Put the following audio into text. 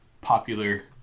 popular